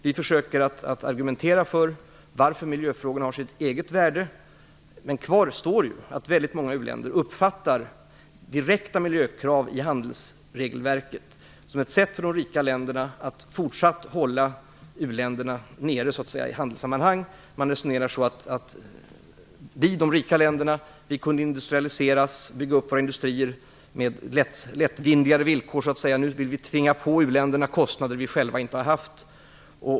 Vi försöker att argumentera för att miljöfrågorna har sitt eget värde, men kvar står att väldigt många uländer uppfattar direkta miljökrav i handelsregelverket som ett sätt för de rika länderna att fortsätta hålla u-länderna nere i handelssammanhang. Man resonerar som så, att de rika länderna kunde industrialiseras och att vi här kunde bygga upp våra industrier med lättvindigare villkor och att vi nu vill tvinga på u-länderna kostnader som vi själva inte har haft.